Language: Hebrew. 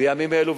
בימים אלו,